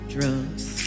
Drugs